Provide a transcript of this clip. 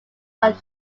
are